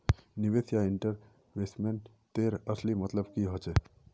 निवेश या इन्वेस्टमेंट तेर असली मतलब की जाहा?